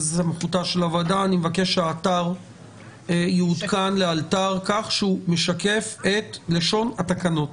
אני מבקש שהאתר יעודכן לאלתר כך שהוא משקף את לשון התקנות.